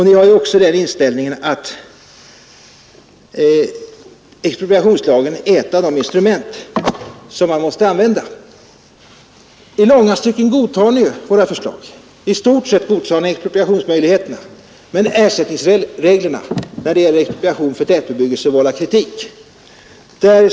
Ni har också den inställningen att expropriationslagen är ett av de instrument som man måste använda. I långa stycken godtar ni ju våra förslag. I stort sett godtar ni expropriationsmöjligheterna. Men ersättningsreglerna när det gäller expropriation för tätbebyggelse, vållar kritik.